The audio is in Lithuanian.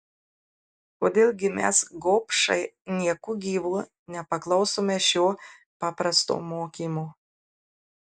kodėl gi mes gobšai nieku gyvu nepaklausome šio paprasto mokymo